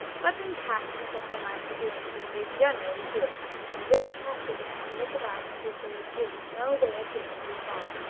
but when cats make up their minds to do anything they generally do it and this cat began to look about to see if there was really no way of getting at his ball.